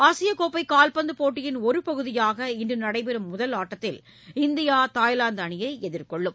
ஆசியக்கோப்பை கால்பந்து போட்டியின் ஒரு பகுதியாக இன்று நடைபெறும் முதல் ஆட்டத்தில் இந்தியா தாய்லாந்து அணியை எதிர்கொள்கிறது